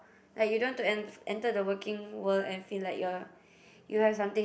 like you don't want to enter the working world and feel like you are you have something